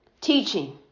teaching